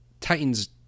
Titans